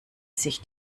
sich